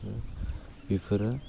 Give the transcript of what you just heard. बेफोरो